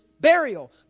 burial